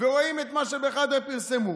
ורואים את מה ש"בחדרי חרדים" פרסמו.